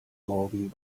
morgen